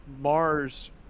Mars